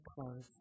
close